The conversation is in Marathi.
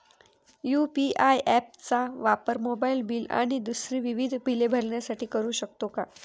यू.पी.आय ॲप चा वापर मोबाईलबिल आणि दुसरी विविध बिले भरण्यासाठी करू शकतो का?